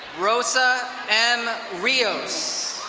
rossa m. rios.